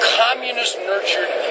communist-nurtured